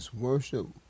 Worship